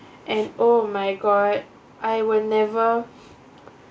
and oh my god I will never